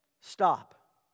stop